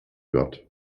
gott